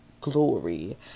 glory